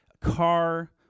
car